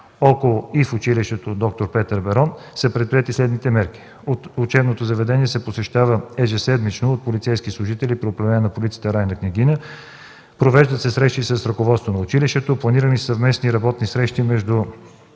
около и в училище „Д-р Петър Берон”, са предприети следните мерки: учебното заведение се посещава ежеседмично от полицейски служители при Управление на полицията „Райна Княгиня”, провеждат се срещи с ръководството на училището, планирани са съвместни работни срещи между